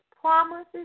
promises